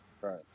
Right